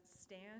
stand